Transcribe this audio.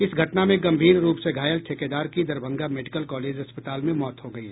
इस घटना में गंभीर रूप से घायल ठेकेदार की दरभंगा मेडिकल कॉलेज अस्पताल में मौत हो गयी